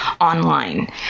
online